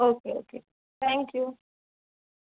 okay okay thank you